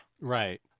Right